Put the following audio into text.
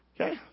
okay